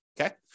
Okay